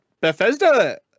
Bethesda